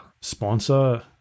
sponsor